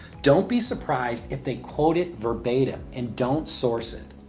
don't be surprised if they quote it verbatim and don't source it.